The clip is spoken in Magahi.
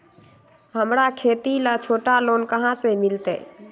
हमरा खेती ला छोटा लोने कहाँ से मिलतै?